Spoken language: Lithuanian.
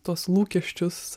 tuos lūkesčius